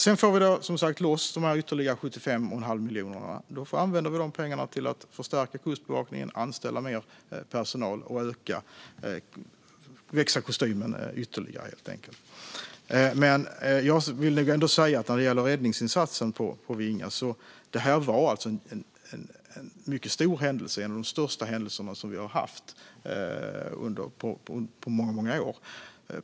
Sedan får vi som sagt loss de här ytterligare 75 1⁄2 miljonerna. Vi använder de pengarna till att förstärka Kustbevakningen, anställa mer personal och få kostymen att växa ytterligare. Räddningsinsatsen på Vinga var en mycket stor händelse, en av de största vi haft på många år.